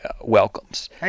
welcomes